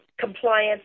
compliance